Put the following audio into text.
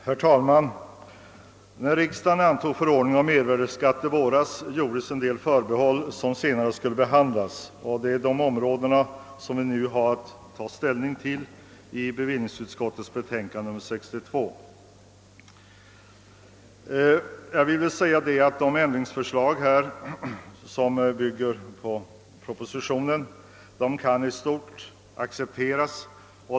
Herr talman! När riksdagen i våras antog förordningen om mervärdeskatt gjordes förbehåll på en del punkter som senare skulle behandlas. Det är dessa områden bevillningsutskottet nu har tagit ställning till i sitt betänkande nr 62. De ändringsförslag som bygger på propositionen kan i stort accepteras.